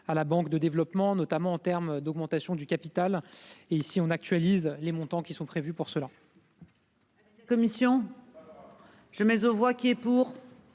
à la banque de développement, notamment en terme d'augmentation du capital et ici on actualise les montants qui sont prévus pour cela.--